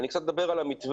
אני קצת אדבר על המתווה,